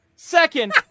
Second